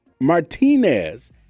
Martinez